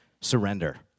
surrender